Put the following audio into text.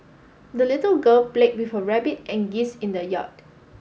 the little girl played with her rabbit and geese in the yard